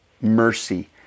mercy